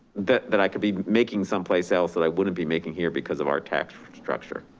that that i could be making someplace else that i wouldn't be making here, because of our tax structure.